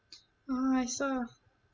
oh I saw